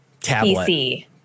PC